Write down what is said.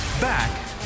Back